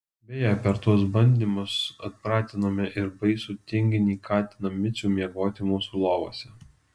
beje per tuos bandymus atpratinome ir baisų tinginį katiną micių miegoti mūsų lovose